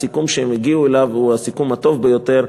הסיכום שהם הגיעו אליו הוא הסיכום הטוב ביותר,